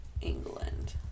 England